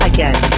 Again